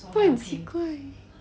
不会很奇怪